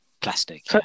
plastic